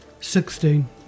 Sixteen